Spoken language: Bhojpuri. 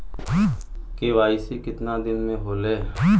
के.वाइ.सी कितना दिन में होले?